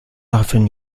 often